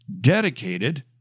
dedicated